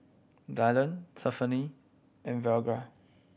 Dyllan Tiffani and Virgia